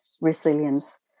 resilience